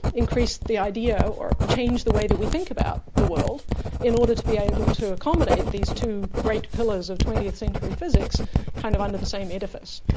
increase the idea or change the way that we think about the world in order to be able to accommodate these two great pillars of twentieth century physics kind of under the same edifice.